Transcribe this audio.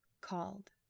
called